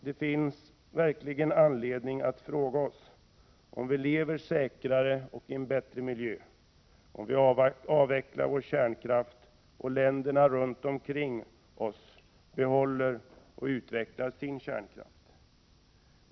Det finns verkligen anledning att fråga sig om vi lever säkrare och i en bättre miljö, om vi avvecklar vår kärnkraft och länderna runt omkring oss behåller och utvecklar sin kärnkraft.